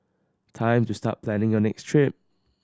time to start planning a next trip